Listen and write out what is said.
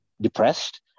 depressed